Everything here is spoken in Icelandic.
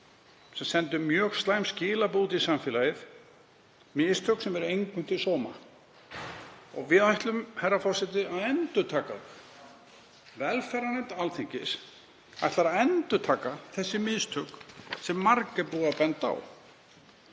sem sendu mjög slæm skilaboð út í samfélagið, mistök sem eru engum til sóma.“ Við ætlum, herra forseti, að endurtaka: Velferðarnefnd Alþingis ætlar að endurtaka þessi mistök sem er margbúið að benda á.